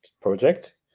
project